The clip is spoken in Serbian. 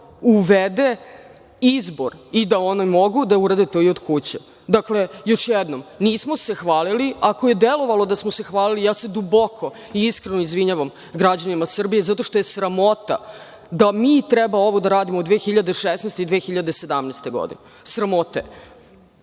uvede izbor i da oni mogu da urade to i od kuće. Dakle, još jednom, nismo se hvalili. Ako je delovalo da smo se hvalili, ja se duboko i iskreno izvinjavam građanima Srbije, zato što je sramota da mi treba ovo da radimo 2016. i 2017. godine, sramota